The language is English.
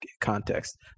context